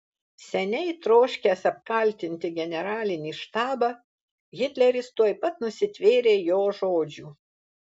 seniai troškęs apkaltinti generalinį štabą hitleris tuoj pat nusitvėrė jo žodžių